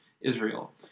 Israel